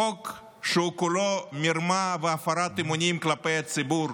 חוק שהוא כולו מרמה והפרת אמונים כלפי הציבור,